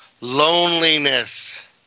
loneliness